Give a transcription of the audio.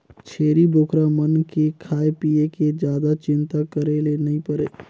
छेरी बोकरा मन के खाए पिए के जादा चिंता करे ले नइ परे